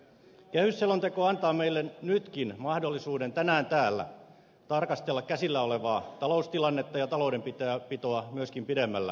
kehysselonteko antaa meille nytkin mahdollisuuden tänään täällä tarkastella käsillä olevaa taloustilannetta ja taloudenpitoa myöskin pidemmällä aikavälillä